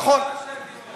הוא בעד שתי מדינות.